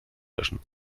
löschen